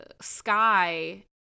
Sky